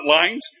lines